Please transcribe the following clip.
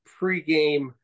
pregame